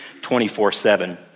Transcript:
24-7